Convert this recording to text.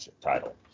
title